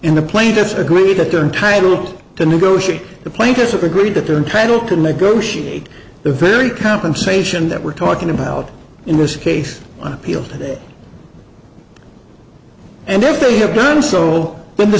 in the plaintiffs agreed that they're entitled to negotiate the plaintiffs of agreed that they're entitled to negotiate the very compensation that we're talking about in this case on appeal today and if they have done so when the